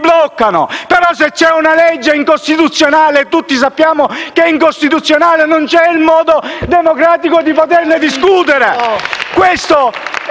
cravatta)*. Però se c'è una legge incostituzionale - e tutti sappiamo che è incostituzionale - non c'è un modo democratico di poterne discutere!